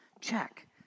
Check